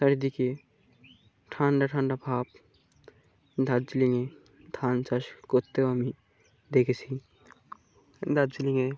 চারিদিকে ঠান্ডা ঠান্ডা ভাব দার্জিলিংয়ে ধান চাষ করতেও আমি দেখেছি দার্জিলিংয়ে